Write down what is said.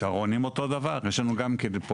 צהרונים אותו דבר, יש לנו גם כן חור.